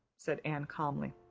said anne calmly,